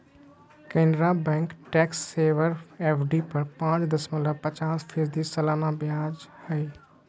Canara bank tax saver FD पर पाच दशमलब पचास फीसदी सालाना ब्याज हइ